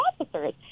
officers